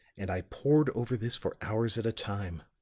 and i pored over this for hours at a time.